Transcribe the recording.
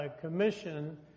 Commission